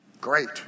Great